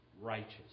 Righteous